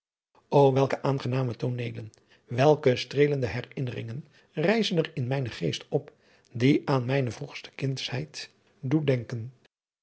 welke aangename tooneelen welke streelende herinneringen rijzen er in mijnen geest op die aan mijne vroegste kindsheid doen denken